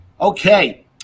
okay